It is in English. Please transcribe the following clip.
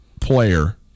player